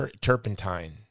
turpentine